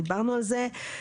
דיברנו על זה.